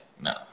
No